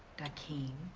dakeem.